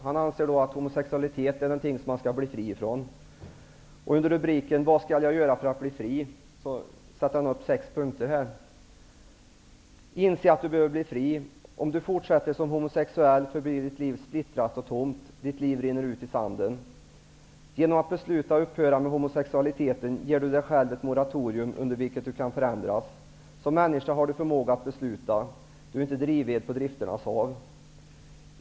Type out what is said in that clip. Han anser att homosexualitet är något som man skall bli fri från. Under rubriken ''Vad skall jag göra för att bli fri?'' sätter han upp följande sex punkter: ''1. Inse att du behöver bli fri. Om du fortsätter som homosexuell förblir ditt liv splittrat och tomt. Ditt liv rinner ut i sanden. 2. Genom att besluta upphöra med homosexualiteten ger du dig själv ett moratorium under vilket du kan förändras. Som människa har du förmåga att besluta. Du är inte drivved på drifternas hav. 3.